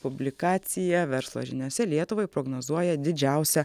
publikacija verslo žiniose lietuvai prognozuoja didžiausią